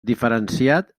diferenciat